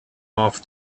off